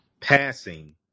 passing